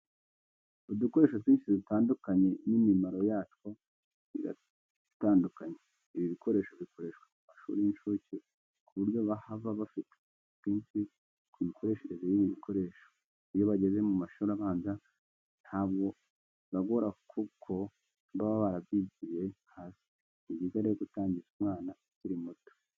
Udukoresho twinshi dutandukanye n'imimaro yatwo iratandukanye, ibi bikoresho bikoreshwa mu mashuri y'incuke ku buryo bahava bafite ubumenyi bwinshi ku mikoreshereze y'ibi bikoresho iyo bageze mu mashuri abanza ntabwo bibagora kuko baba barabyigiye hasi. Ni byiza rero gutangiza umwana akiri muto.